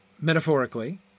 metaphorically